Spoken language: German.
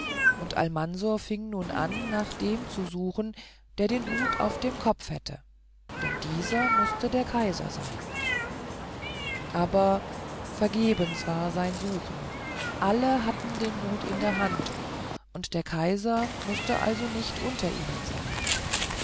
und almansor fing nun an nach dem zu suchen der den hut auf dem kopf hätte denn dieser mußte der kaiser sein aber vergebens war sein suchen alle hatten den hut in der hand und der kaiser mußte also nicht unter ihnen sein